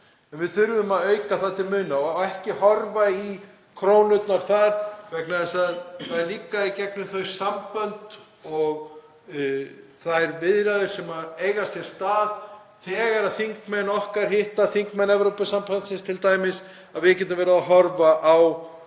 við þurfum að auka þetta til muna og ekki horfa í krónurnar þar vegna þess að það er líka í gegnum þau sambönd og þær viðræður sem eiga sér stað þegar þingmenn okkar hitta þingmenn Evrópusambandsins að við getum tryggt það